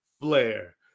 Flair